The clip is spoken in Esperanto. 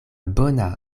bona